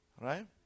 right